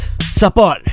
Support